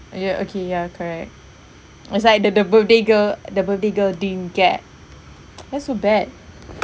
ya okay ya correct is like the the birthday girl the birthday girl didn't get that's so bad